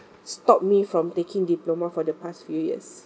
stop me from taking diploma for the past few years